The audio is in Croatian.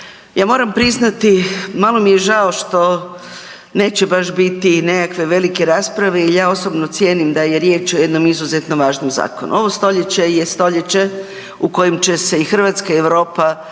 Ja moram priznati malo mi je žao što neće baš biti neke velike rasprave jer ja osobno cijenim da je riječ o jednom izuzetno važnom zakonu. Ovo stoljeće je stoljeće u kojem će se i Hrvatska i Europa